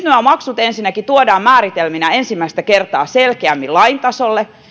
nämä maksut ensinnäkin tuodaan määritelminä ensimmäistä kertaa selkeämmin lain tasolle